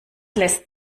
lässt